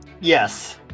Yes